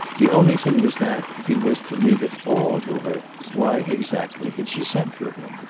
the only thing was that, if he was to leave it all to her, why exactly had she sent for him?